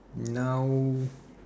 now